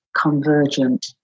convergent